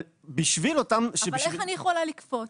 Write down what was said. אבל איך אני יכולה לכפות